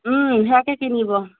ওম সেয়াকে কিনিব